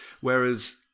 whereas